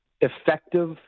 effective